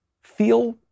feel